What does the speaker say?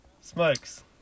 Smokes